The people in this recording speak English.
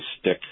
stick